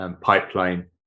pipeline